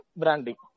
branding